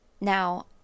now